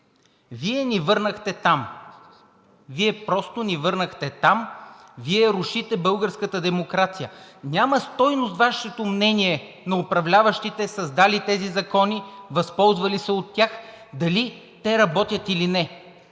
Вие ни върнахте там. Вие просто ни върнахте там, Вие рушите българската демокрация. Няма стойност Вашето мнение на управляващите, създали тези закони, възползвали се от тях, дали те работят или не.